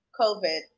COVID